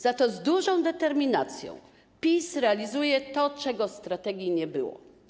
Za to z dużą determinacją PiS realizuje to, czego w strategii nie było.